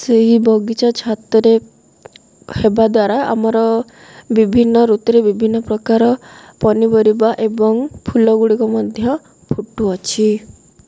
ସେହି ବଗିଚା ଛାତରେ ହେବା ଦ୍ୱାରା ଆମର ବିଭିନ୍ନ ଋତୁରେ ବିଭିନ୍ନ ପ୍ରକାର ପନିପରିବା ଏବଂ ଫୁଲଗୁଡ଼ିକ ମଧ୍ୟ ଫୁଟୁଅଛି